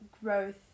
growth